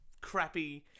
crappy